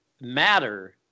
matter